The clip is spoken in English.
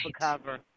cover